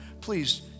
please